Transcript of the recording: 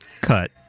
cut